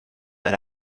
eine